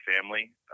family